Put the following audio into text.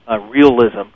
realism